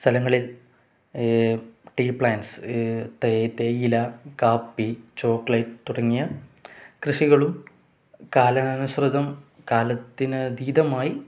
സ്ഥലങ്ങളിൽ tea plants തേയില കാപ്പി ചോക്ലേറ്റ് തുടങ്ങിയ കൃഷികളും കാലാനുസൃതം കാലത്തിനതീതമായി